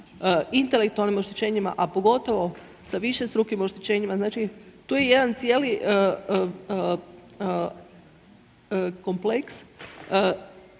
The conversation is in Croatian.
intelektualnim oštećenjima, a pogotovo sa višestrukim oštećenjima. Znači, tu je jedan cijeli kompleks